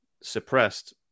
suppressed